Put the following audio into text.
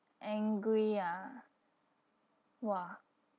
angry ya !wah!